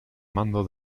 mando